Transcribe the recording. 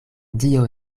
dio